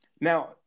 now